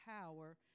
power